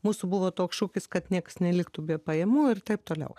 mūsų buvo toks šūkis kad nieks neliktų be pajamų ir taip toliau